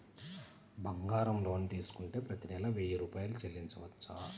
బంగారం లోన్ తీసుకుంటే ప్రతి నెల వెయ్యి రూపాయలు చెల్లించవచ్చా?